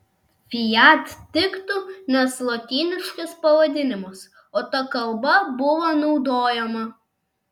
fiat tiktų nes lotyniškas pavadinimas o ta kalba buvo naudojama